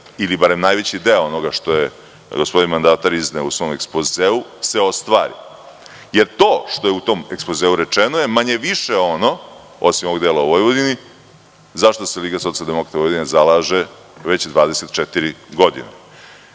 ili barem najveći deo onoga, gospodin mandatar izneo u svom ekspozeu se ostvari. To što je u tom ekspozeu rečeno je manje više ono, osim onog dela o Vojvodini, za šta se LSV zalaže već 24 godine. Ne